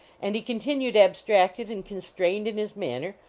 and he continued abstracted and constrained in his manner,